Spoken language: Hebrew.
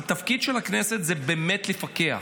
כי התפקיד של הכנסת זה באמת לפקח,